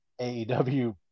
AEW